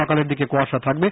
সকালের দিকে কুয়াশা থাকবে